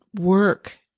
work